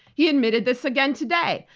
he admitted this again today,